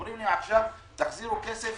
אומרים להם תחזירו כסף